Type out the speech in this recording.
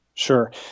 Sure